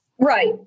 Right